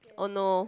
or no